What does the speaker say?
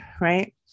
right